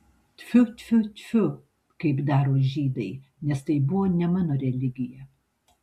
tfiu tfiu tfiu kaip daro žydai nes tai buvo ne mano religija